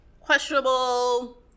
questionable